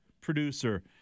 producer